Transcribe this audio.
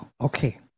Okay